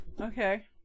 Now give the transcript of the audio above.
Okay